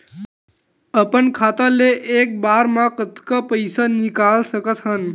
अपन खाता ले एक बार मा कतका पईसा निकाल सकत हन?